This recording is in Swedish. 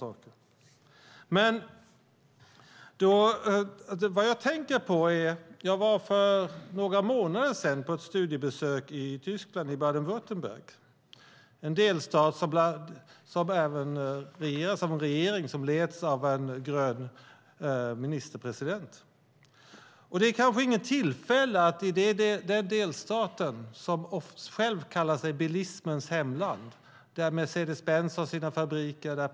För några månader sedan var jag på ett studiebesök i Tyskland i Baden-Württemberg. Det är en delstat med en regering som leds av en grön ministerpresident. Det är kanske ingen tillfällighet att det är den delstaten som kallar sig bilismens hemland. Mercedes-Benz och Porsche har sina fabriker där.